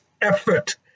effort